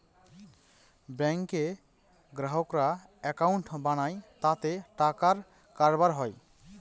ব্যাঙ্কে গ্রাহকরা একাউন্ট বানায় তাতে টাকার কারবার হয়